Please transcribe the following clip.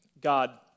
God